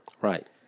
Right